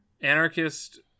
anarchist